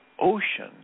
ocean